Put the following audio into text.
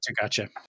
gotcha